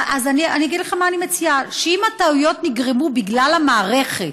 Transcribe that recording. אני אגיד לך מה אני מציעה: אם הטעויות נגרמו בגלל המערכת,